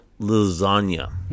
lasagna